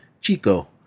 Chico